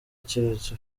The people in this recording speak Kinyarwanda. keretse